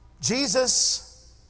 Jesus